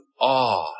awe